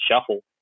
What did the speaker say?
shuffle